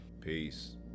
Peace